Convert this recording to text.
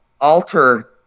alter